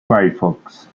firefox